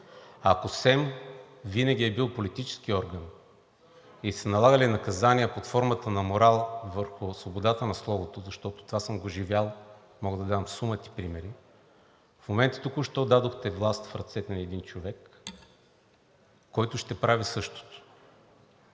Ако СЕМ винаги е бил политически орган и са налагали наказания под формата на морал върху свободата на словото, защото това съм го живял, мога да дам сума ти примери – в момента, току-що, дадохте власт в ръцете на един човек, който ще прави същото.